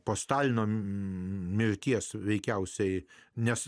po stalino mirties veikiausiai nes